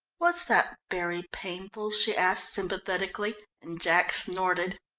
was that very painful? she asked, sympathetically, and jack snorted.